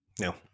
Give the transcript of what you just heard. No